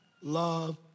love